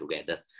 together